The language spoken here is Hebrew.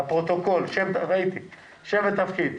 רועי, בבקשה.